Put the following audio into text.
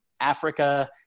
Africa